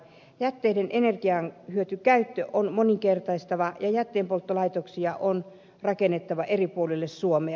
jätteiden energiahyötykäyttö on moninkertaistettava ja jätteenpolttolaitoksia on rakennettava eri puolille suomea